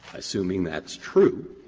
assuming that's true,